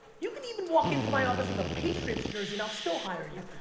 you could even walk into my office with a patriots jersey, and i'll still hire you.